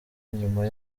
nyuma